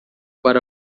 para